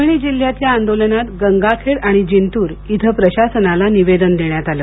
परभणी जिल्ह्यातल्या आंदोलनात गंगाखेड आणि जिंतूर इथं प्रशासनाला निवेदन देण्यात आलं